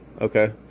okay